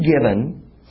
given